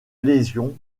lésions